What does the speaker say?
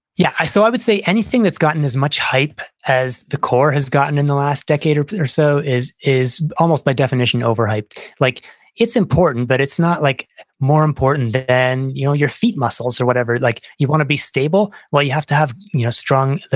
yeah. i so i would say anything that's gotten as much hype as the core has gotten in the last decade or or so is is almost by definition overhyped. like it's important, but it's not like more important than and you know your feet muscles or whatever. like you want to be stable, well, you have to have you know strong,